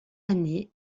année